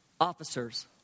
officers